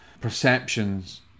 perceptions